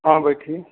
हाँ बैठिए